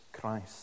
Christ